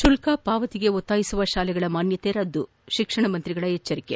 ಶುಲ್ಲ ಪಾವತಿಗೆ ಒತ್ತಾಯಿಸುವ ಶಾಲೆಗಳ ಮಾನ್ನತೆ ರದ್ದು ಶಿಕ್ಷಣ ಸಚಿವರ ಎಚ್ಡರಿಕೆ